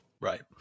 Right